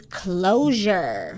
closure